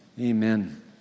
Amen